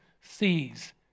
sees